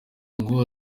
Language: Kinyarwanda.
ngo